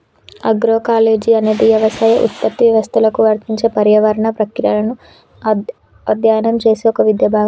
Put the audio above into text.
agroecology అనేది యవసాయ ఉత్పత్తి వ్యవస్థలకు వర్తించే పర్యావరణ ప్రక్రియలను అధ్యయనం చేసే ఒక విద్యా భాగం